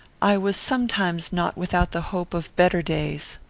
i was sometimes not without the hope of better days.